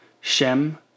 Shem